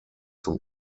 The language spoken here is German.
zum